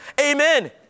amen